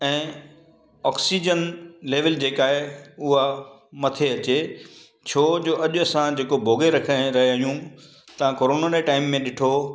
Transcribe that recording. ऐं oxygen level जेका आहे उहा मथे अचे छो जो अॼु असां जेको भोॻे रखिया रहियां आहियूं तव्हां कोरोना जे टाइम में ॾिठो